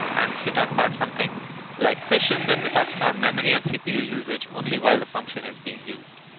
and if you're talking about something like fission, then we're talking about memory and cpu usage only while the function is being used.